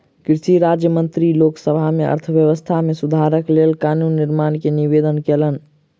कृषि राज्य मंत्री लोक सभा में अर्थव्यवस्था में सुधारक लेल कानून निर्माण के निवेदन कयलैन